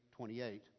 28